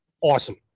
awesome